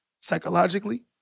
psychologically